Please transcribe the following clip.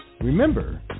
Remember